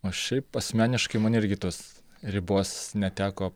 o šiaip asmeniškai man irgi tos ribos neteko